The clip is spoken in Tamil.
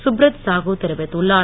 சுப்ரத் சாகூ தெரிவித்துள்ளார்